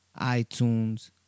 iTunes